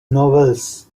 novels